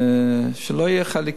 שלא יהיו חיידקים.